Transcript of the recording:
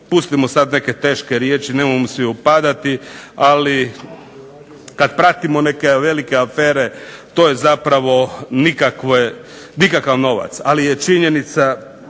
pustimo sad neke teške riječi, nemojmo svi upadati, ali kad pratimo neke velike afere to je zapravo nikakav novac. Ali je činjenica